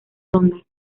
ronda